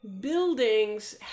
buildings